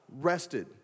rested